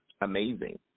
amazing